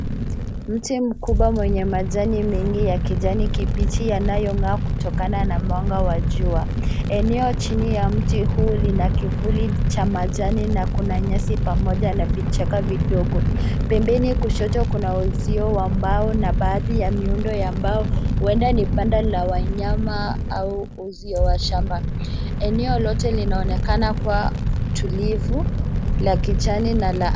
Mti mkubwa mwenye majani mengi ya kijani kibichi yanayong'aa kutokana na mwanga wa jua. Eneo chini ya mti huu lina kivuli cha majani na kuna nyasi pamoja na vichaka vidogo. Pembeni kushoto kuna uzio wa mbao na baadhi ya miundo ya mbao huenda ni banda la wanyama au uzio wa shamba. Eneo lote linaonekana kuwa tulivu la kichani na la.